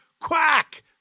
Quack